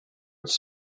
its